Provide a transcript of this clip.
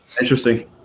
Interesting